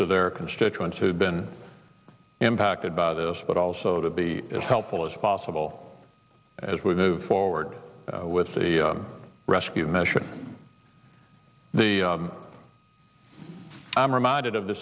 to their constituents who have been impacted by this but also to be as helpful as possible as we move forward with the rescue mission the i'm reminded of the